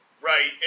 Right